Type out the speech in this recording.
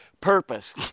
purpose